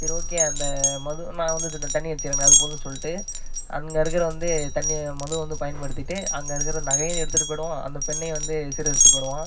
சரி ஓகே அந்த மது நான் வந்து இந்த தண்ணி அடிச்சிக்கிறேன் எனக்கு அது போதும்னு சொல்லிட்டு அங்கே இருக்கிற வந்து தண்ணியை மது வந்து பயன்படுத்திட்டு அங்கே இருக்கிற நகையும் எடுத்துட்டு போயிடுவான் அந்த பெண்ணையும் வந்து சீரழித்திட்டு போயிடுவான்